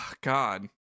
God